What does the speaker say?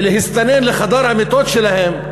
ולהסתנן לחדר המיטות שלהם,